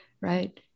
right